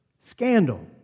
Scandal